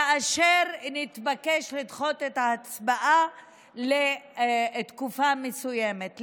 כאשר נתבקש לדחות את ההצבעה לתקופה מסוימת.